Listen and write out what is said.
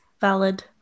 valid